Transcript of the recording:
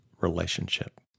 relationship